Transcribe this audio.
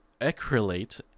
acrylate